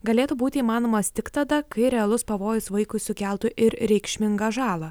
galėtų būti įmanomas tik tada kai realus pavojus vaikui sukeltų ir reikšmingą žalą